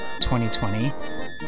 2020